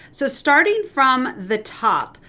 so starting from the top,